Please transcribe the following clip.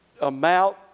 amount